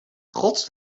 god